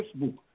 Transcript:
Facebook